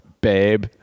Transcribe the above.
babe